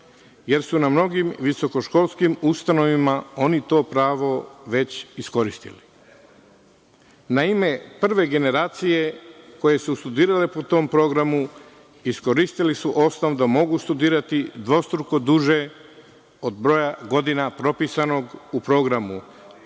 jer su na mnogim visoko školskim ustanovama oni to pravo već iskoristili. Naime, prve generacije koje su studirale po tom programu iskoristili su osnov da mogu studirati dvostruko duže od broja godina propisanog u programu,